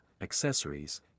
accessories